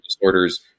disorders